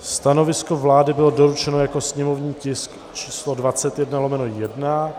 Stanovisko vlády bylo doručeno jako sněmovní tisk číslo 21/1.